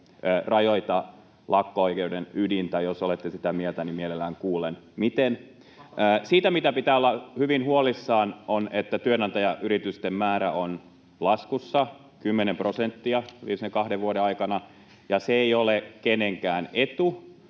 rajoita lakko-oikeuden ydintä. Jos olette sitä mieltä, niin mielelläni kuulen, miten. Siitä, mistä pitää olla hyvin huolissaan, on se, että työnantajayritysten määrä on laskussa, kymmenen prosenttia viimeisen kahden vuoden aikana, ja se ei ole kenenkään etu.